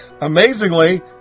amazingly